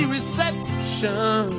reception